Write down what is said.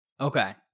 Okay